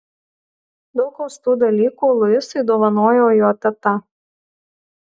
daug austų dalykų luisui dovanojo jo teta